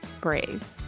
brave